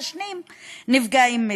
אנשים שלא מעשנים נפגעים מזה.